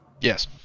Yes